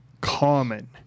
common